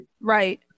Right